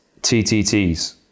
TTTs